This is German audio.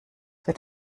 wird